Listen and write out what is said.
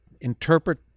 interpret